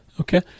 okay